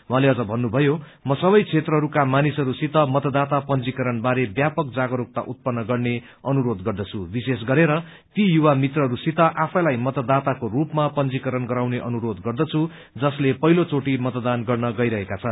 उहाँले अझ भन्नुभयो म सबै क्षेत्रहरूका मानिसहरूसित मतदाता पंजीकरण बारे व्यापक जागरूकता उत्पत्र गर्ने अनुरोध गर्दछु विशेष गरेर यी युवा मित्रहरूसित आफैलाई मतदाताहरूको रूपमा पंजीकरण गराउने अनुरोध गर्दछु जसले पहिलो चोटी मतदान गर्न गइरहेका छन्